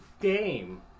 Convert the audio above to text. game